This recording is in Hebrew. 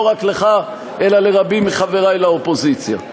לא רק לך אלא לרבים מחברי לאופוזיציה.